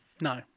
No